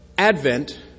Advent